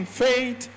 faith